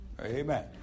Amen